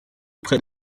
près